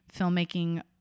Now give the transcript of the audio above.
filmmaking